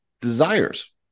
desires